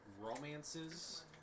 romances